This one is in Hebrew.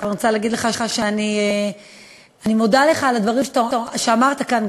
אני מודה לך על הדברים שאמרת כאן,